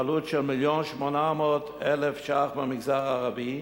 בעלות של 1.8 מיליון שקלים במגזר הערבי.